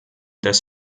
des